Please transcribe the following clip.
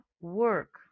work